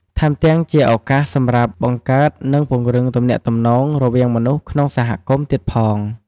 ថែមទាំងជាឱកាសមាសសម្រាប់ បង្កើត និងពង្រឹងទំនាក់ទំនង រវាងមនុស្សក្នុងសហគមន៍ទៀតផង។